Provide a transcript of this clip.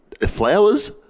flowers